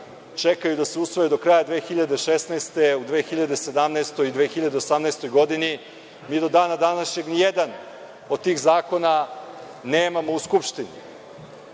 čekaju da se usvoje do kraja 2016, u 2017. i 2018. godini, mi do dana današnjeg nijedan od tih zakona nemamo u Skupštini. Da